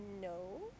no